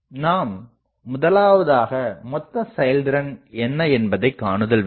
நாம் முதலாவதாக மொத்த செயல்திறன் என்ன என்பதைக் காணுதல் வேண்டும்